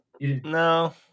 No